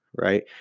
right